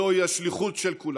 זוהי השליחות של כולנו.